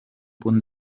punt